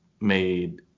made